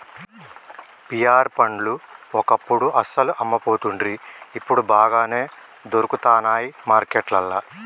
pear పండ్లు ఒకప్పుడు అస్సలు అమ్మపోతుండ్రి ఇప్పుడు బాగానే దొరుకుతానయ్ మార్కెట్లల్లా